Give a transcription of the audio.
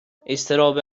اضطراب